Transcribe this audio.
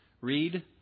Read